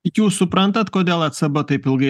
jūs suprantat kodėl acb taip ilgai